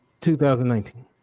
2019